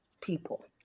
people